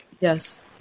Yes